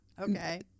Okay